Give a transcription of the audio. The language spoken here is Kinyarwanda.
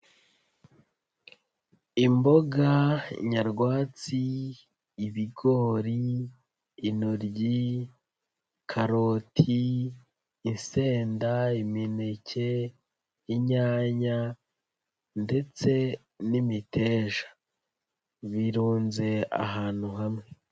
Imboga nyarwatsi: ibigori, intoryi, karoti, insenda, imineke, inyanya ndetse n'imiteja. Birunze ahantu hamwe.